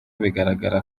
bigaragara